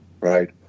right